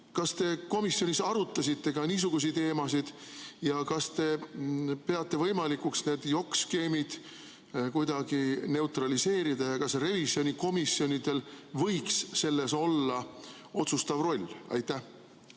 Kas te komisjonis arutasite niisuguseid teemasid? Kas te peate võimalikuks need jokk-skeemid kuidagi neutraliseerida ja kas revisjonikomisjonidel võiks selles olla otsustav roll? Aitäh,